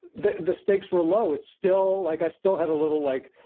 the the stakes were low, it's still like, i still have a little like,